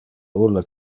ulle